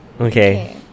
okay